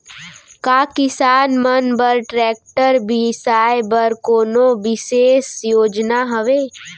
का किसान मन बर ट्रैक्टर बिसाय बर कोनो बिशेष योजना हवे?